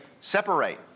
separate